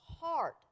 heart